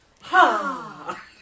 ha